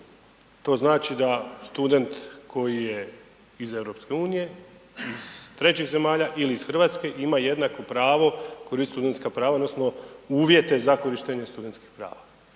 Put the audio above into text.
to znači da student koji je iz EU, iz trećih zemalja ili iz RH ima jednako pravo koristiti studentska prava odnosno uvjete za korištenje studentskih prava.